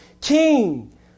King